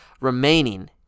remaining